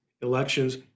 elections